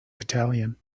battalion